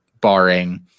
barring